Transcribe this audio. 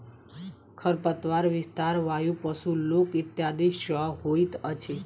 खरपातक विस्तार वायु, पशु, लोक इत्यादि सॅ होइत अछि